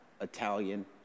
Italian